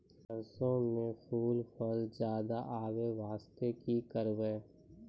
सरसों म फूल फल ज्यादा आबै बास्ते कि करबै?